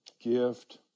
Gift